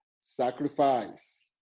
Sacrifice